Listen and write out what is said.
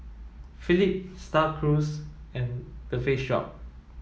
Philips Star Cruise and The Face Shop